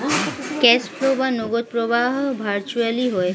cash flow বা নগদ প্রবাহ ভার্চুয়ালি হয়